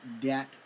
debt